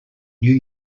new